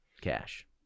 cash